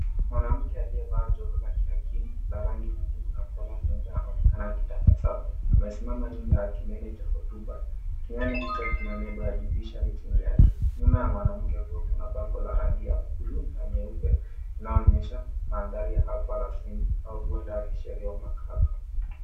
Mwanamke aliye vaa jomvu la ki hakimu la rangi nyekundu na kola nyeupe anaonekana akitabasamu. Amesimama nyuma ya ya kilele cha hotuba. Kilele hicho kina nembo ya JUDICIARY chini yake. Nyuma ya mwanamke huyo kuna bango la rangi ya na nyeupe inayo onyesha mandhari ya hapa la kisimu au huenda ukawa sheria wa kimahakama.